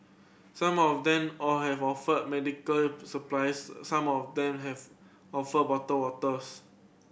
some of them all have offered medical supplies some of them have offered bottled waters